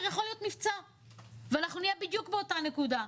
יכול להיות מבצע ואנחנו נהיה בדיוק באותה נקודה.